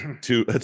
two